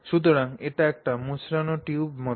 সুতরাং এটি একটি মোচড়ানো টিউব মত